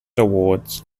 awards